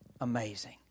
amazing